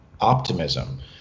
optimism